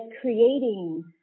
creating